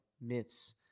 myths